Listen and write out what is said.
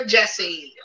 Jesse